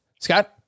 Scott